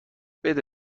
بده